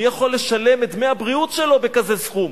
מי יכול לשלם את דמי הבריאות שלו בכזה סכום?